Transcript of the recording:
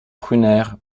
prunaire